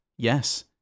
Yes